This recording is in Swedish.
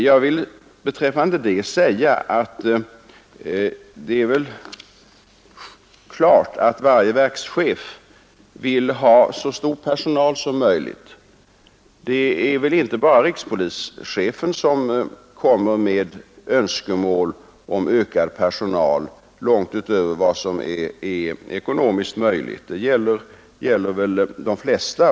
Jag vill beträffande det säga att det är väl klart att varje verkschef vill ha så stor personal som möjligt. Det är inte bara rikspolischefen som framför önskemål om ökad personal långt utöver vad som är ekonomiskt möjligt — det gäller de flesta.